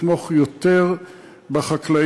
תתמוך יותר בחקלאים,